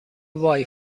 وای